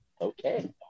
Okay